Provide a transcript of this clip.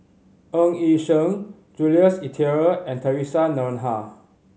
Eg Yi Sheng Jules Itier and Theresa Noronha